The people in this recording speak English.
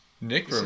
nick